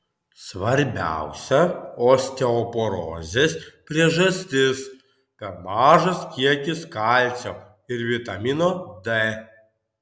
svarbiausia osteoporozės priežastis per mažas kiekis kalcio ir vitamino d